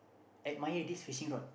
admire this fishing rod